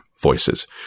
voices